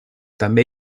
també